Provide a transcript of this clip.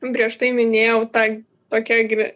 prieš tai minėjau tą tokia gili